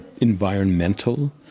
environmental